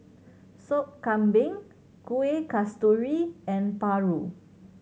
Sop Kambing Kueh Kasturi and paru